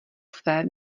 své